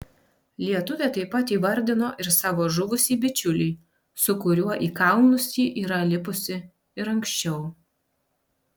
lietuvė taip pat įvardino ir savo žuvusį bičiulį su kuriuo į kalnus ji yra lipusi ir anksčiau